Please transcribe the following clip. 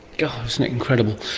god, isn't it incredible!